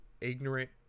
ignorant